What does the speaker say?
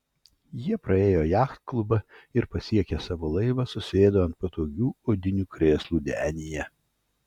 jie praėjo jachtklubą ir pasiekę savo laivą susėdo ant patogių odinių krėslų denyje